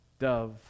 dove